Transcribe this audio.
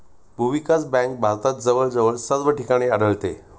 भूविकास बँक भारतात जवळजवळ सर्व ठिकाणी आढळते